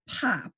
pop